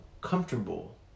comfortable